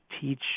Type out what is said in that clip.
teach